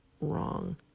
wrong